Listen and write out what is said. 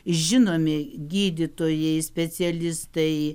žinomi gydytojai specialistai